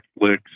netflix